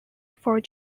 for